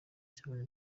cyabonye